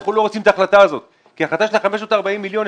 אנחנו לא רוצים את ההחלטה הזאת כי ההחלטה של ה-540 מיליון,